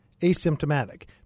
asymptomatic